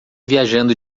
viajando